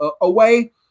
away